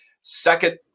second